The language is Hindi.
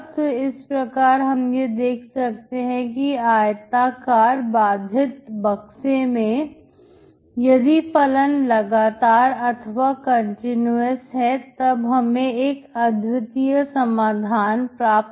तो इस प्रकार हम यह देख सकते हैं कि आयताकार बाधित बक्से में यदि फलन लगातार अथवा कंटीन्यूअस है तब हमें एक अद्वितीय समाधान प्राप्त होगा